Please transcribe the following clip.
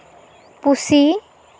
ᱯᱩᱥᱤ